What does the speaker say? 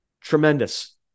tremendous